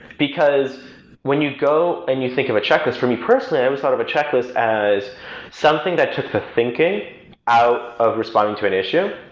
because when you go and you think of a checklist for me personally, i always thought of a checklist as something that took the thinking out of responding to an issue.